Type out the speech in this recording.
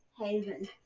Haven